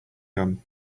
gum